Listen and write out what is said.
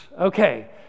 Okay